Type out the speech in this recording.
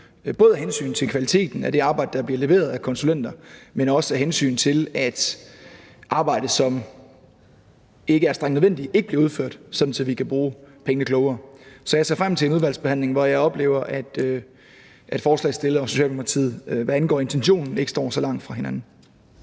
både af hensyn til kvaliteten af det arbejde, der bliver leveret af konsulenter, men også af hensyn til, at arbejde, som ikke er strengt nødvendigt, ikke bliver udført, sådan at vi kan bruge pengene klogere. Så jeg ser frem til en udvalgsbehandling, hvor jeg oplever, at ordføreren for forslagsstillerne og Socialdemokratiet, hvad angår intentionen, ikke står så langt fra hinanden.